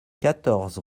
quatorze